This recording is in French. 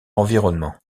environnement